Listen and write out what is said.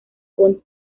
con